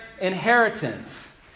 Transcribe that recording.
inheritance